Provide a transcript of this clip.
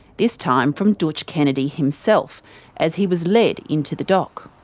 this time from dootch kennedy himself as he was led into the dock.